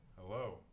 Hello